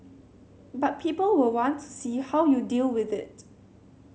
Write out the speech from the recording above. but people will want to see how you deal with it